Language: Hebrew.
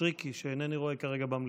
מישרקי, שאינני רואה כרגע במליאה.